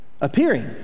appearing